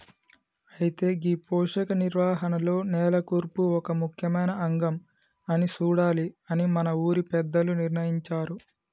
అయితే గీ పోషక నిర్వహణలో నేల కూర్పు ఒక ముఖ్యమైన అంగం అని సూడాలి అని మన ఊరి పెద్దలు నిర్ణయించారు